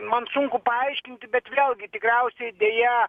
man sunku paaiškinti bet vėlgi tikriausiai deja